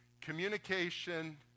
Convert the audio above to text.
communication